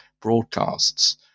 broadcasts